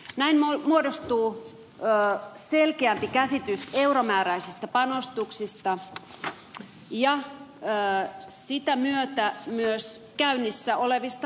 näin muodostuu selkeämpi käsitys euromääräisistä panostuksista ja sen myötä myös käynnissä olevista hankkeista